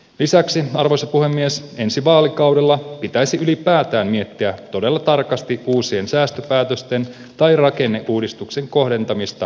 lisäksi arvoisa puhemies ensi vaalikaudella pitäisi ylipäätään miettiä todella tarkasti uusien säästöpäätösten tai rakenneuudistuksen kohdentamista poliisitoimintaan